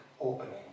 opening